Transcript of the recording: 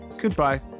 goodbye